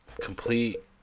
complete